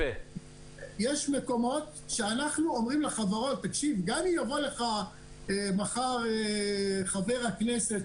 יש מקומות שאנחנו אומרים לחברות שגם אם יבוא אליך מחר חבר הכנסת